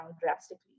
drastically